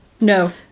No